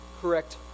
Correct